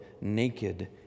naked